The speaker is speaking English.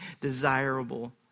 desirable